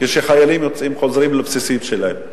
כשחיילים חוזרים לבסיסים שלהם,